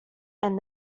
and